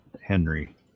Henry